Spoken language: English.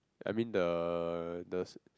I mean the the s~